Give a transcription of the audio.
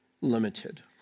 limited